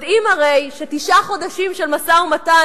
יודעים הרי שתשעה חודשים של משא-ומתן